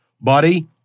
Buddy